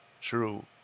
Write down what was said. true